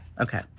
Okay